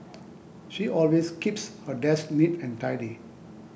she always keeps her desk neat and tidy